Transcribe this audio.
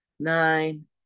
nine